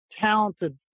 talented